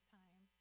time